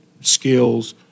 skills